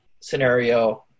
scenario